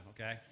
okay